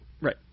Right